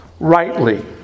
Rightly